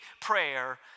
prayer